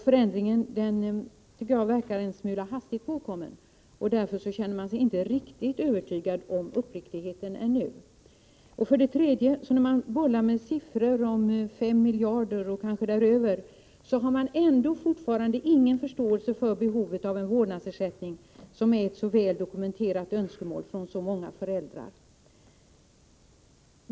Förändringen tycker jag verkar en smula hastigt påkommen, och därför känner jag mig inte helt övertygad om uppriktigheten ännu. För det tredje: När man bollar med siffror och nämner belopp på 5 miljarder och kanske däröver, så har man ändå ingen förståelse för behovet av en vårdnadsersättning, som är ett så väl dokumenterat önskemål från så många föräldrar.